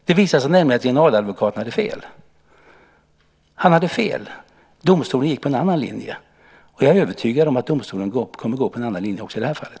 Det visade sig nämligen att generaladvokaten hade fel. Han hade fel. Domstolen gick på en annan linje. Jag är övertygad om att domstolen kommer att gå på en annan linje också i det här fallet.